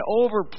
over